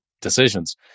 decisions